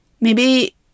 Maybe-